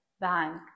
bank